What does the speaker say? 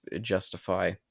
justify